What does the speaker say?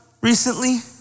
recently